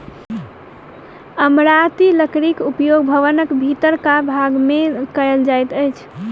इमारती लकड़ीक उपयोग भवनक भीतरका भाग मे कयल जाइत अछि